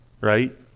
right